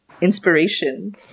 inspiration